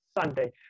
Sunday